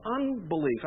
unbelief